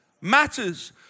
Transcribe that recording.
matters